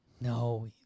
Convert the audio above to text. No